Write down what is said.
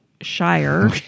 Shire